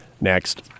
next